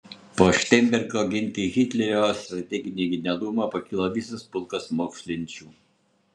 po šteinbergo ginti hitlerio strateginį genialumą pakilo visas pulkas mokslinčių